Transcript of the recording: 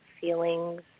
feelings